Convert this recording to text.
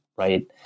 Right